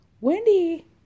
Wendy